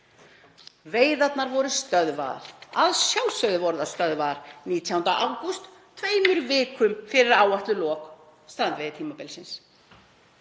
Veiðarnar voru stöðvaðar, að sjálfsögðu voru þær stöðvaðar, 19. ágúst, tveimur vikum fyrir áætluð lok strandveiðitímabilsins.